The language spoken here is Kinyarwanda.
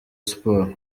sports